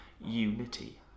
unity